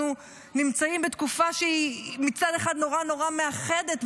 אנחנו נמצאים בתקופה שהיא מצד אחד נורא נורא מאחדת,